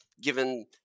given